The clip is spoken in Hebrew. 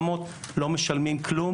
מתוך ה-7,500 יש ילדים בהתאחדות